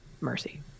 mercy